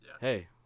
hey